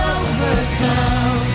overcome